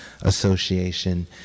Association